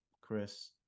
Chris